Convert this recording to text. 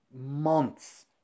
months